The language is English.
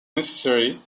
necessary